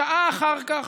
שעה אחר כך,